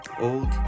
old